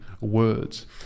words